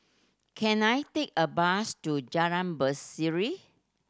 can I take a bus to Jalan Berseri